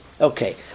Okay